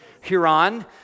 Huron